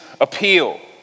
appeal